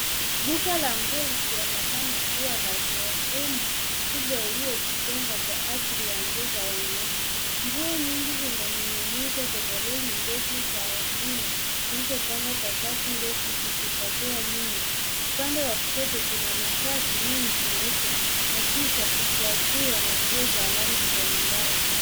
Duka la nguo likionekana kuwa la sehemu kubwa iliojitenga kwa ajili ya nguo za wanaume. Nguo nyingi zimening'inizwa kwenye reli ndefu za chuma, zilizopangwa kwa safu ndefu zikisongea nyuma. Upande wa kushoto kuna mashati mengi meupe, na kisha kufuatiwa na nguo za rangi mbalimbali.